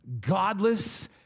godless